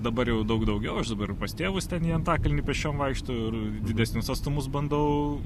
dabar jau daug daugiau aš dabar pas tėvus ten į antakalnį pėsčiom vaikštau ir didesnius atstumus bandau